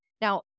Now